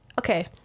okay